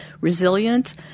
resilient